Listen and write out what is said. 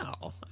No